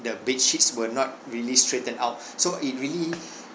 the bedsheets were not really straightened out so it really